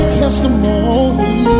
testimony